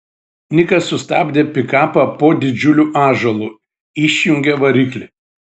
nikas sustabdė pikapą po didžiuliu ąžuolu išjungė variklį